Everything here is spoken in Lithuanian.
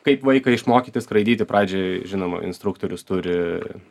kaip vaiką išmokyti skraidyti pradžioj žinoma instruktorius turi